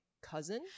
Cousin